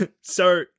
So-